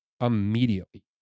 immediately